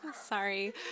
Sorry